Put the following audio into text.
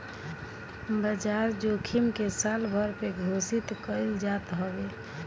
बाजार जोखिम के सालभर पे घोषित कईल जात हवे